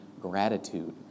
gratitude